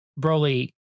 Broly